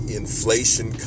inflation